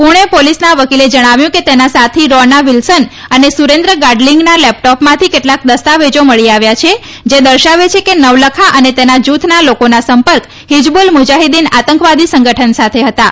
પૂણે પોલીસના વકીલે જણાવ્યું કે તેના સાથી રોના વિલ્સન અને સુરેન્દ્ર ગાડલીંગના લેપટોપમાંથી કેટલાક દસ્તાવેજ મળી આવ્યા છે જે દર્શાવે છે કે નવલખા અને તેના જૂથના લોકોના સંપર્ક હિઝબુલ મુજાહુદ્દીન આતંકવાદી સંગઠન સાથે હતાં